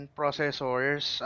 processors